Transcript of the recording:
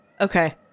Okay